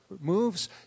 moves